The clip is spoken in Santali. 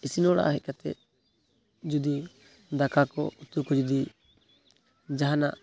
ᱤᱥᱤᱱ ᱚᱲᱟᱜ ᱦᱮᱡ ᱠᱟᱛᱮ ᱡᱩᱫᱤ ᱫᱟᱠᱟ ᱠᱚ ᱩᱛᱩ ᱠᱚ ᱡᱩᱫᱤ ᱡᱟᱦᱟᱱᱟᱜ